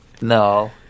No